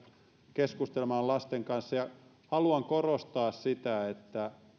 keskustelemaan lasten kanssa ja haluan korostaa että